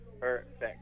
Perfect